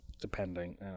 depending